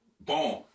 Boom